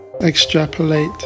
extrapolate